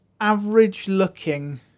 average-looking